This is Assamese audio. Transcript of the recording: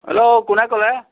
হেল্ল' কোনে ক'লে